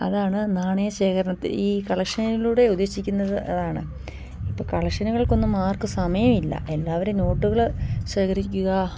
അതാണ് നാണയ ശേഖരണത്തിൽ ഈ കളക്ഷനിലൂടെ ഉദ്ദേശിക്കുന്നത് അതാണ് ഇപ്പം കളക്ഷനുകൾക്കൊന്നും ആർക്കും സമയം ഇല്ല എല്ലാവരും നോട്ടുകൾ ശേഖരിക്കുക